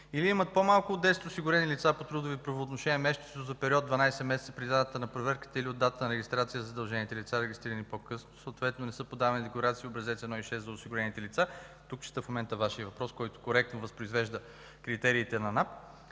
или имат по-малко от 10 осигурени лица по трудови правоотношения месечно за период от 12 месеца преди датата на проверката или от датата на регистрация за задължените лица, регистрирани по-късно, съответно не са подавани декларации Образец 1 и 6 за осигурени лица – тук чета в момента Вашия въпрос, който коректно възпроизвежда критериите на НАП